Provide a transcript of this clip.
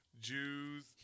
Jews